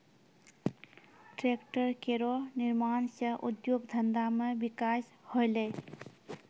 tractor केरो निर्माण सँ उद्योग धंधा मे बिकास होलै